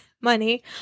money